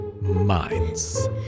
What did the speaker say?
minds